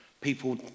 People